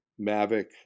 mavic